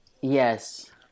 Yes